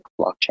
blockchain